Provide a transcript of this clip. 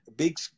big